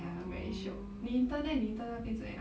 ya very shiok 你 intern eh 你 intern 那边怎样